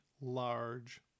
large